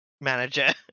manager